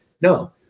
No